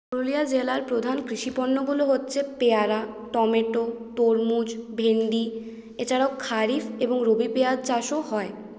পুরুলিয়া জেলার প্রধান কৃষি পণ্যগুলো হচ্ছে পেয়ারা টমেটো তরমুজ ভিন্ডি এছাড়াও খারিফ এবং রবি পেয়াজ চাষও হয়